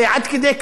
זה פינוק.